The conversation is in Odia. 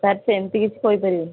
ସାର୍ ସେମିତି କିଛି କହି ପାରିବିନି